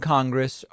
Congress